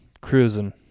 cruising